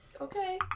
Okay